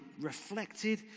reflected